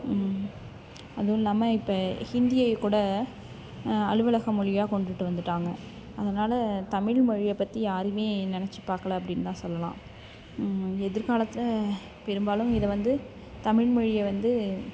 அதுவும் இல்லாமல் இப்போ ஹிந்தியை கூட அலுவலக மொழியா கொண்டுட்டு வந்துட்டாங்க அதனால் தமிழ்மொழிய பற்றி யாருமே நெனைச்சு பார்க்கல அப்படின்னுதான் சொல்லலாம் எதிர்காலத்தில் பெரும்பாலும் இதை வந்து தமிழ்மொழிய வந்து